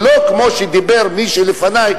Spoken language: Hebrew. ולא כמו שדיבר מי שלפני,